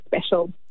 special